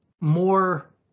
more